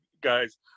guys